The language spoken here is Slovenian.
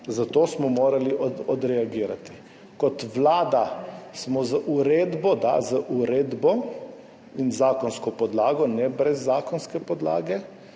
Zato smo morali odreagirati. Kot Vlada smo z uredbo, da, z uredbo in zakonsko podlago, ne brez zakonske podlage,